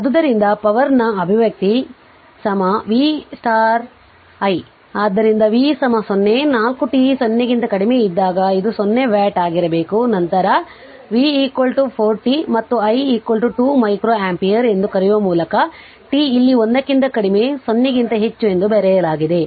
ಆದ್ದರಿಂದ ಪವರ್ ನ ಅಭಿವ್ಯಕ್ತಿ v i ಆದ್ದರಿಂದ v 0 4 t 0 ಗಿಂತ ಕಡಿಮೆ ಇದ್ದಾಗ ಅದು 0 ವ್ಯಾಟ್ ಆಗಿರಬೇಕು ಮತ್ತು ನಂತರ v 4 t ಮತ್ತು i 2 ಮೈಕ್ರೊ ಆಂಪಿಯರ್ ಎಂದು ಕರೆಯುವ ಮೂಲಕ t ಇಲ್ಲಿ 1 ಕ್ಕಿಂತ ಕಡಿಮೆ 0 ಗಿಂತ ಹೆಚ್ಚು ಎಂದು ಬರೆಯಲಾಗಿದೆ